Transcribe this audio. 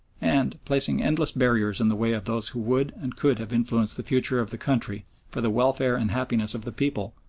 and, placing endless barriers in the way of those who would and could have influenced the future of the country for the welfare and happiness of the people,